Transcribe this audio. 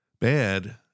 bad